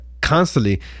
constantly